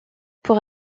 pour